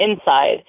inside